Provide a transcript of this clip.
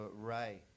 Ray